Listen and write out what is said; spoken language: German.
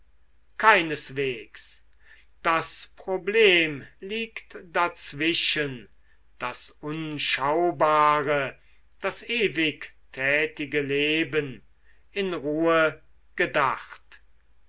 keineswegs das problem liegt dazwischen das unschaubare das ewig tätige leben in ruhe gedacht